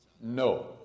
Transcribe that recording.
no